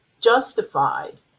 justified